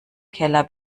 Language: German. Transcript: keller